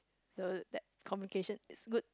the that communication is good